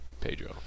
Pedro